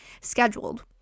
scheduled